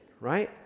right